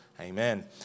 Amen